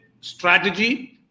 strategy